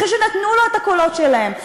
אחרי שנתנו לו את הקולות שלהם,